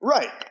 Right